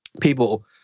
people